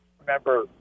remember